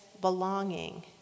belonging